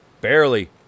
Barely